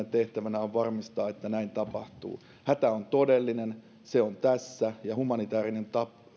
tehtävänä on varmistaa että näin tapahtuu hätä on todellinen se on tässä ja humanitaarinen